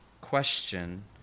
Question